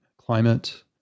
climate